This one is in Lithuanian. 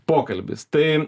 pokalbis tai